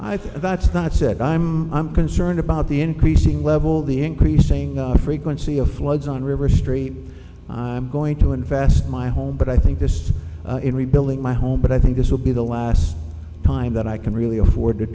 think that's not said i'm i'm concerned about the increasing level the increasing frequency of floods on river street i'm going to invest my home but i think just in rebuilding my home but i think this will be the last time that i can really afford to